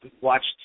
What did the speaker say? watched